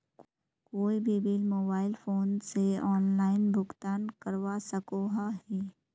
कोई भी bill mobile phone से ऑनलाइन भुगतान करवा सकोहो ही?